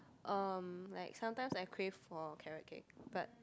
um like sometimes I crave for carrot cake but